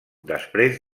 després